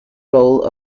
role